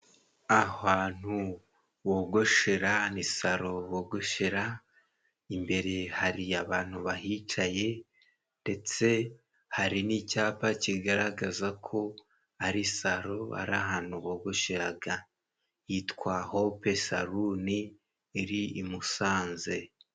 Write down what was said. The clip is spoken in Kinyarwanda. Ahantu bogoshera ni salo bogoshera imbere hari abantu bahicaye ndetse hari n'icyapa kigaragaza ko ari salo ari ahantu bogosheraga hitwa hope salo iri i Musanze.